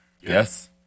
Yes